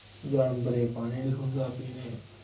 जानवरें पानी निं थ्होंदा पीने ई